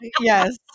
Yes